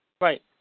Right